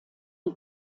die